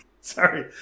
Sorry